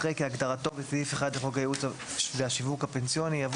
אחרי "כהגדרתו בסעיף 1 לחוק הייעוץ והשיווק הפנסיוני" יבוא